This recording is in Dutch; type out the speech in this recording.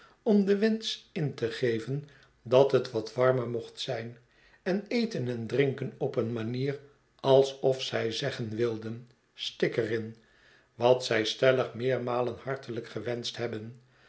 om den wensch in te geven dat het wat warmer mocht zijn en eten en drinken op een manier alsof zij zeggen wilden stik er in wat zij stellig meermalen hartelijk gewenscht hebben